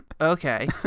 okay